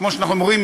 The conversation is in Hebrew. כמו שאנחנו אומרים,